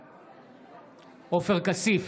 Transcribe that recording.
בעד עופר כסיף,